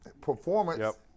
performance